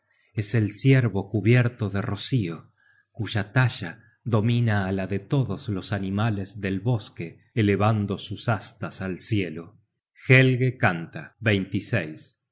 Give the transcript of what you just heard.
es el ciervo cubierto de rocio cuya talla domina á la de todos los animales del bosque elevando sus astas al cielo helge canta